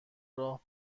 راه